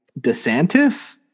desantis